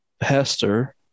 Hester